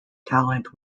talent